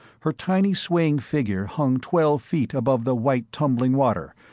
her tiny swaying figure hung twelve feet above the white tumbling water,